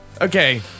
Okay